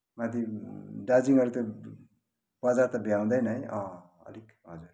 माथि दार्जिलिङहरू त बजार त भ्याउँदैन है अलिक हजुर